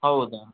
ಹೌದಾ